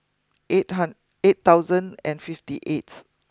eight eight thousand and fifty eighth